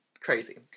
crazy